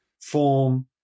form